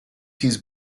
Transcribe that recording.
his